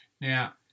Now